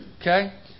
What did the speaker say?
Okay